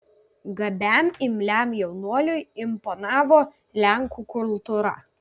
gabiam imliam jaunuoliui imponavo lenkų kultūra